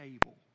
table